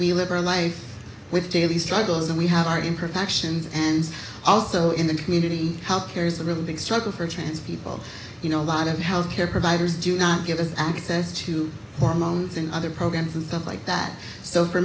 we live our life with daily struggles and we have our imperfections and also in the community health care is a really big struggle for trans people you know a lot of health care providers do not give us access to hormones and other programs and stuff like that so for